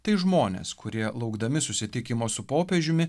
tai žmonės kurie laukdami susitikimo su popiežiumi